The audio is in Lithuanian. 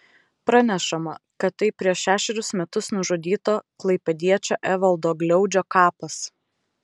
pranešama kad tai prieš šešerius metus nužudyto klaipėdiečio evaldo gliaudžio kapas